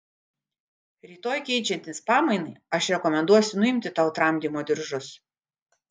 rytoj keičiantis pamainai aš rekomenduosiu nuimti tau tramdymo diržus